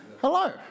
Hello